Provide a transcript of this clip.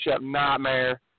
nightmare